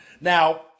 Now